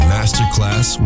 Masterclass